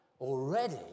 already